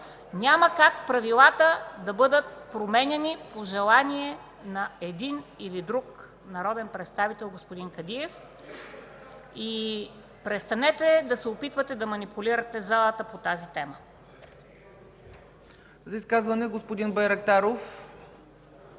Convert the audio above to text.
Няма как правилата да бъдат променяни по желание на един или друг народен представител, господин Кадиев. Престанете да се опитвате да манипулирате залата по тази тема! ПРЕДСЕДАТЕЛ ЦЕЦКА ЦАЧЕВА: За изказване – господин Байрактаров.